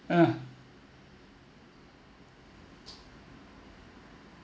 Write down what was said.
mm